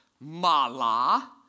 mala